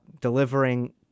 delivering